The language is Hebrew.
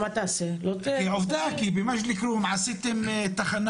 עובדה שבמג'ד אל כרום יש תחנה